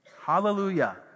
Hallelujah